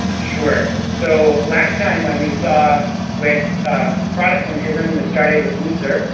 sure so last time when we saw with protestantism that started with luther,